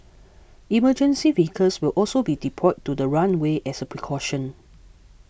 emergency vehicles will also be deployed to the runway as a precaution